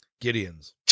Gideon's